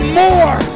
more